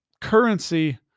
currency